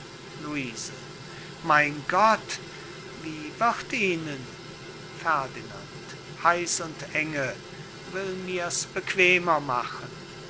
luise mein gott wie wird ihnen ferdinand heiß und enge will mir's bequemer machen